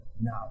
now